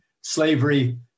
Slavery